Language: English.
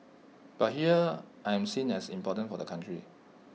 but here I am seen as important for the country